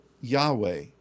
Yahweh